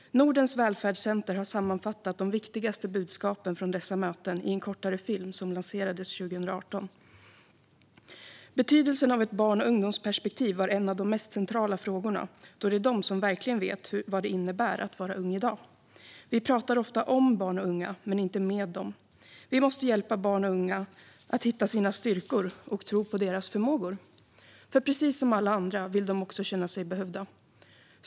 Nordens välfärdscenter har sammanfattat de viktigaste budskapen från dessa möten i en kortare film som lanserades 2018. Betydelsen av ett barn och ungdomsperspektiv var en av de mest centrala frågorna, då det är barnen och ungdomarna som verkligen vet vad det innebär att vara ung i dag. Vi pratar ofta om barn och unga men inte med dem. Vi måste hjälpa barn och unga att hitta sina styrkor, och vi måste tro på deras förmågor. Precis som alla andra vill de också känna sig behövda.